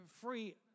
free